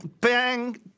bang